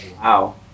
Wow